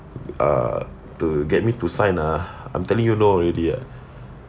uh to get me to sign ah I'm telling you no already ah